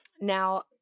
Now